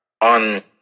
on